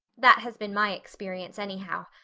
that has been my experience anyhow.